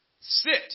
sit